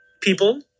people